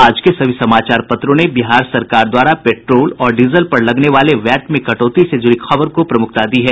आज के सभी समाचार पत्रों ने बिहार सरकार द्वारा पेट्रोल और डीजल पर लगने वाले वैट में कटौती से जुड़ी खबर को प्रमुखता दी है